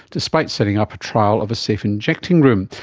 despite setting up a trial of a safe injecting room.